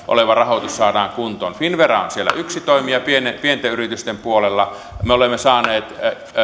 oleva rahoitus saadaan kuntoon finnvera on siellä yksi toimija pienten pienten yritysten puolella me olemme